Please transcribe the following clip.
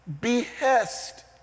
behest